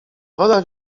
woda